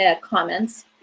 comments